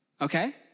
okay